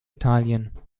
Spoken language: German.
italien